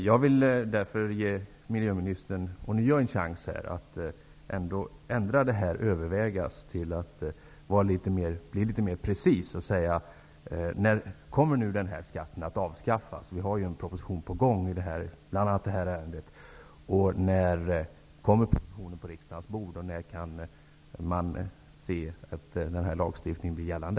Jag ger miljöministern ånyo en chans att ändra uttrycket ''överväga'' till att litet mer precist säga när denna skatt kommer att avskaffas. Det är ju en proposition på gång. När kommer den på riksdagens bord? När kan denna lagstiftning bli gällande?